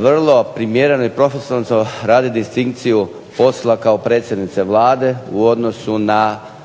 vrlo primjereno i profesionalno radio distinkciju posla kao predsjednice Vlade u odnosu na